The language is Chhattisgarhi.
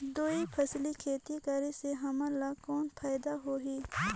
दुई फसली खेती करे से हमन ला कौन फायदा होही?